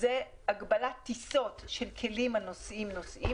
זו הגבלת טיסות של כלים הנושאים נוסעים